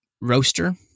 roaster